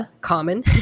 common